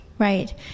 Right